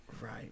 Right